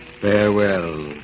Farewell